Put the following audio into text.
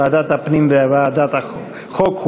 ועדת הפנים וועדת החוקה,